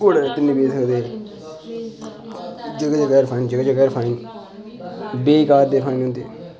घोडे़ ते बी निं सकदे जगह् जगह् र फाइन जगह् जगह् र फाइन बेकार दे फाइन होंदे